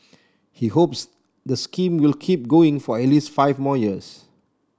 he hopes the scheme will keep going for at least five more years